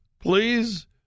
Please